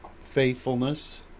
faithfulness